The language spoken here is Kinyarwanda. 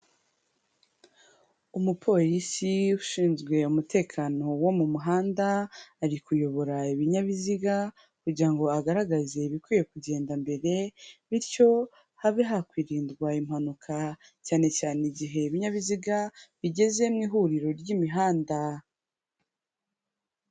Umupolisi ushinzwe umutekano wo mu muhanda, ari kuyobora ibinyabiziga kugira ngo agaragaze ibikwiye kugenda mbere, bityo habe hakwirindwa impanuka cyane cyane igihe ibinyabiziga, bigeze mu ihuriro ry'imihanda.